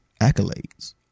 accolades